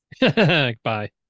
Bye